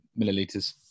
milliliters